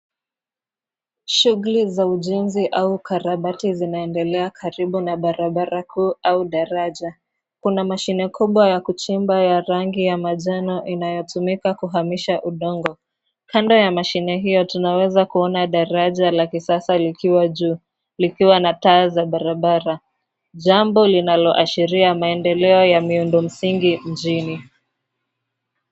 Shughuli za ujenzi au karabati zinaendelea karibu na barabara kuu au daraja . Kuna mashine kubwa ya kuchimba ya rangi ya majano inayotumika kuhamisha udongo . Kando ya mashine hiyo tunaweza kuona daraja la kisasa likiwa juu, likiwa na taa za barabara . Jambo linaashiria maendeleo ya miundo msingi mjini.